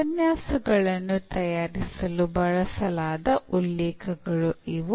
ಉಪನ್ಯಾಸಗಳನ್ನು ತಯಾರಿಸಲು ಬಳಸಲಾದ ಉಲ್ಲೇಖಗಳು ಇವು